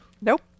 Nope